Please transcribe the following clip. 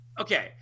okay